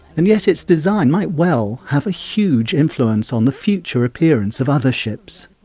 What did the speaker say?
and yet its design might well have a huge influence on the future appearance of other ships.